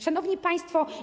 Szanowni Państwo!